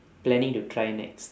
planning to try next